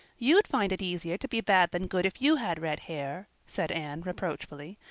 you'd find it easier to be bad than good if you had red hair, said anne reproachfully.